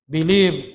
Believe